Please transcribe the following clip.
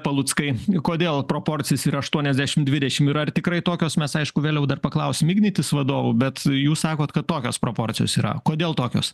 paluckai kodėl proporcijos yra aštuoniasdešim ir dvidešim ir ar tikrai tokios mes aišku vėliau dar paklausim ignitis vadovų bet jūs sakot kad tokios proporcijos yra kodėl tokios